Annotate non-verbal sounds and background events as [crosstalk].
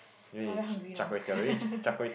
[noise] !wah! very hungry now [laughs]